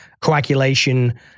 coagulation